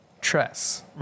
Tress